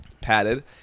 padded